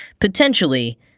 potentially